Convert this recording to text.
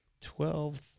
twelve